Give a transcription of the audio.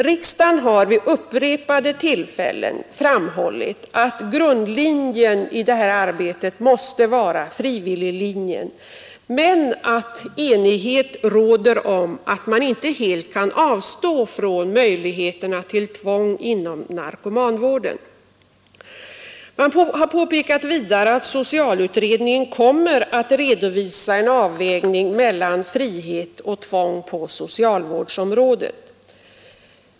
Riksdagen har vid upprepade tillfällen framhållit att grundlinjen i detta arbete måste vara frivilliglinjen, men att enighet råder om att man inte helt kan avstå från möjligheterna till tvång inom narkomanvården. Man har vidare påpekat att socialutredningen kommer att redovisa en avvägning mellan frihet och tvång på socialvårdens område.